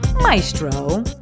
Maestro